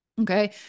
Okay